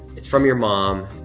it's from your mom.